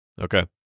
Okay